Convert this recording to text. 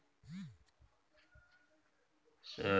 सोयाबीनक तेल केँ लोक खेनाए बनेबाक मे सेहो प्रयोग करै छै